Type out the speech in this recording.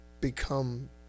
become